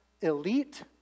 elite